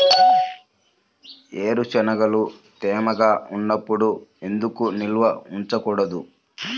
వేరుశనగలు తేమగా ఉన్నప్పుడు ఎందుకు నిల్వ ఉంచకూడదు?